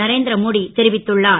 நரேந் ரமோடி தெரிவித்துள்ளார்